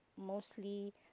mostly